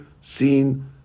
seen